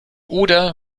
oder